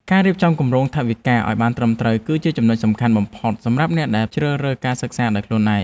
ការរៀបចំគម្រោងថវិកាឱ្យបានត្រឹមត្រូវគឺជាចំណុចសំខាន់បំផុតសម្រាប់អ្នកដែលជ្រើសរើសសិក្សាដោយខ្លួនឯង។